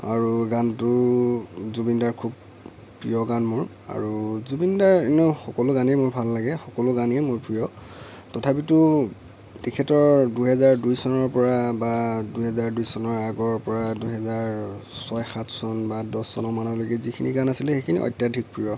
আৰু গানটো জুবিন দাৰ খুব প্ৰিয় গান মোৰ আৰু জুবিন দাৰ এনেও সকলো গানেই মোৰ ভাল লাগে সকলো গানেই মোৰ প্ৰিয় তথাপিতো তেখেতৰ দুই হেজাৰ দুই চনৰ পৰা বা দুই হেজাৰ দুই চনৰ আগৰ পৰা দুই হেজাৰ ছয় সাত চন বা দহ চন মানলৈকে যিখিনি গান আছিলে সেইখিনি অত্যাধিক প্ৰিয়